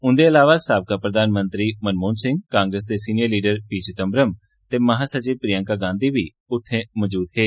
उंदे अलावा साबका प्रधानमंत्री मनमोहन सिंह कांग्रेस दे सीनियर लीडर पी चिदम्बरम ते महासचिव प्रियंका गांधी बी उत्थे मौजूद हे